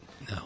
No